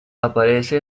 aparece